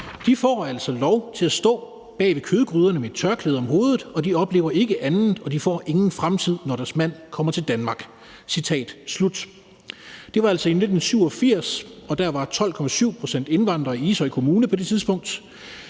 får lov til at stå bag ved kødgryderne med et tørklæde om hovedet, og de oplever ikke andet, og de får ingen fremtid, når deres mand kommer til Danmark. Det var altså i 1987, og der var 12,7 pct. indvandrere i Ishøj Kommune på det tidspunkt.